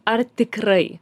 ar tikrai